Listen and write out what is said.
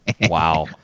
Wow